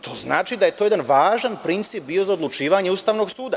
To znači da je to jedan važan princip bio za odlučivanje Ustavnog suda.